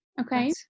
Okay